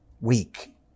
weak